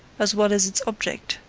as well as its object,